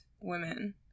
women